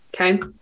Okay